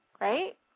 right